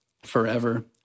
Forever